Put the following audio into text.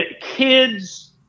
kids